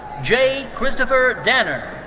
jay christopher danner.